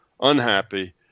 unhappy